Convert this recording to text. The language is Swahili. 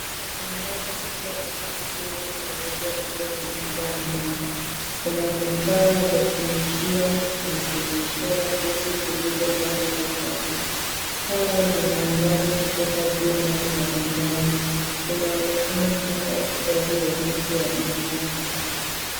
Bandari kubwa ina kuku wengi weupe wakiwa wamejaa ndani. Kuna vifaa vya kulishia na kunyweshea kuku vilivyopangwa kwa safu. Taa zinaangaza kutoka juu ya bandari. Inaonekana kama wafugaji wa kuku wa biashara.